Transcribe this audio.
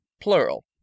Plural